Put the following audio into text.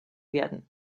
werden